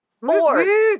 More